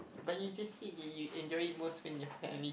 but you just said that you enjoy it most with your family